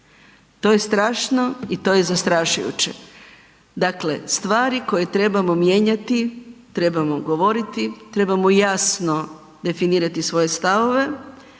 to je strašno i to je zastrašujuće. Dakle, stvari koje trebamo mijenjati, trebamo govoriti, trebamo jasno definirati svoje stavove,